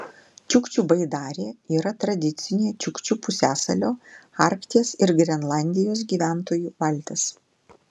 čiukčių baidarė yra tradicinė čiukčių pusiasalio arkties ir grenlandijos gyventojų valtis